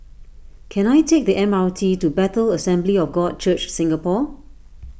can I take the M R T to Bethel Assembly of God Church Singapore